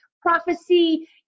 prophecy